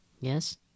Yes